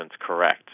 correct